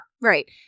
Right